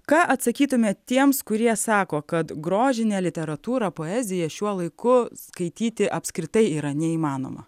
ką atsakytumėt tiems kurie sako kad grožinę literatūrą poeziją šiuo laiku skaityti apskritai yra neįmanoma